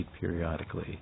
periodically